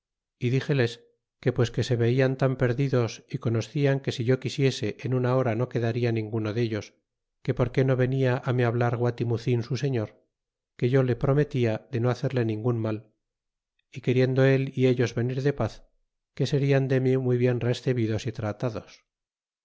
y dixeles que pues se velan tan per didos y a macla que si yo quisiese en una hora no quedaría e ninguno de ellos que porque no venia á me hablar guatimue ama su señor que yo le prometia de no hacerle ningun mal y queriendo el y e los venir de paz que serian de mí muy bien rescebidos y tratados